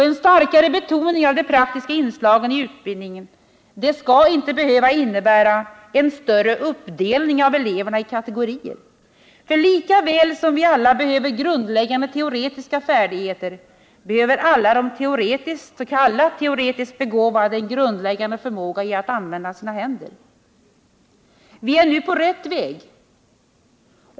En starkare betoning av de praktiska inslagen i utbildningen skall inte behöva innebära en större uppdelning av eleverna i kategorier. Lika väl som alla behöver grundläggande teoretiska färdigheter behöver alla s.k. teoretiskt begåvade en grundläggande förmåga att använda sina händer. Vi är nu på rätt väg.